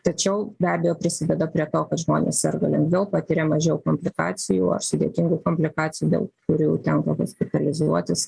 tačiau be abejo prisideda prie to kad žmonės serga lengviau patiria mažiau komplikacijų ar sudėtingų komplikacijų dėl kurių tenka hospitalizuotis